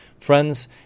Friends